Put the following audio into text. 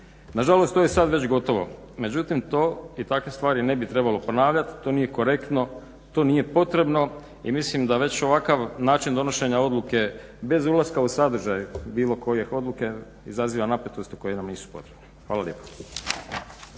Nažalost to je sad već gotovo. Međutim to i takve stvari ne bi trebalo ponavljati. To nije korektno. To nije potrebno i mislim da već ovakav način donošenja odluke bez ulaska u sadržaj bilo koje odluke izaziva napetost koje nam nisu potrebne. Hvala lijepa.